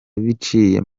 biciye